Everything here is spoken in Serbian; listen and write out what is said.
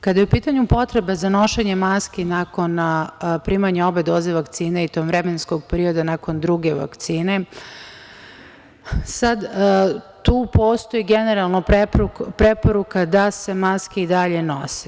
Kada je u pitanju potreba za nošenjem maski nakon primanja obe doze vakcine i tog vremenskog perioda nakon druge vakcine, tu postoji generalno preporuka da se maske i dalje nose.